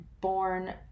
born